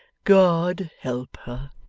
god help her.